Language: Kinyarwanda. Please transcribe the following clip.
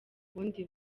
bundi